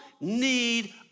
need